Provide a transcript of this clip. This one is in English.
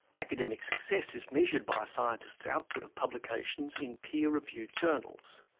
academic success is measured by a scientist's output of publications in peer-reviewed journals.